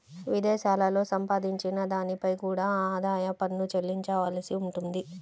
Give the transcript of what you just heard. విదేశాలలో సంపాదించిన దానిపై కూడా ఆదాయ పన్ను చెల్లించవలసి ఉంటుంది